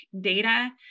data